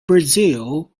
brazil